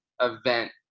event